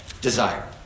desire